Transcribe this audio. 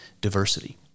diversity